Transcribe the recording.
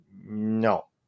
no